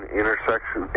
intersection